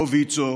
לא ויצו,